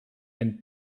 and